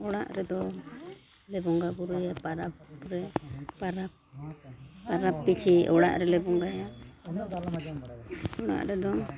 ᱚᱲᱟᱜ ᱨᱮᱫᱚ ᱞᱮ ᱵᱚᱸᱜᱟᱼᱵᱩᱨᱩᱭᱟ ᱯᱚᱨᱚᱵᱽ ᱠᱚᱨᱮ ᱯᱚᱨᱚᱵᱽ ᱯᱚᱨᱚᱵᱽ ᱯᱤᱪᱷᱤ ᱚᱲᱟᱜ ᱨᱮᱞᱮ ᱵᱚᱸᱜᱟᱭᱟ ᱚᱲᱟᱜ ᱨᱮᱫᱚ